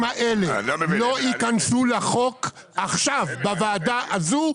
האלה לא ייכנסו לחוק עכשיו בוועדה הזאת,